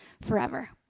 forever